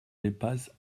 dépasse